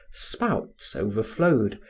spouts overflowed,